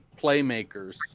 playmakers